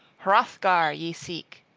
hrothgar ye seek!